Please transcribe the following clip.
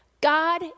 God